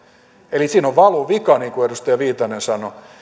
eli siinä on valuvika niin kuin edustaja viitanen sanoi